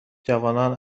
جوانان